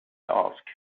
ask